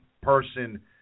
person